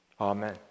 Amen